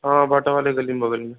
हाँ भाटा वाले गली के बग़ल में